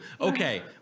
Okay